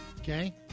Okay